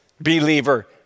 believer